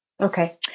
Okay